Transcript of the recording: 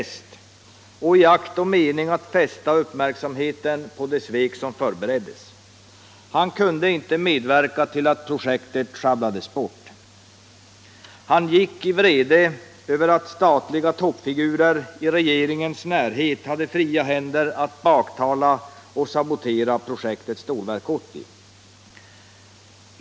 att fästa uppmärksamheten på det svek som förbereddes. Han kunde inte medverka till att projektet sjabblades bort. Han gick i vrede över att statliga toppfigurer i regeringens närhet hade fria händer att baktala och sabotera projektet Stålverk 80.